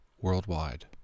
worldwide